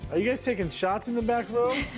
are you guys taking shots in the back room?